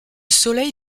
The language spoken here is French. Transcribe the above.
soleil